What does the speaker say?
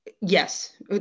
Yes